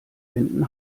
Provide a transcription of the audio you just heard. wänden